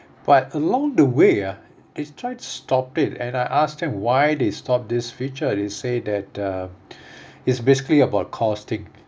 but along the way ah they tried to stop it and I asked him why they stop this feature they say that uh it's basically about costing